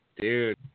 Dude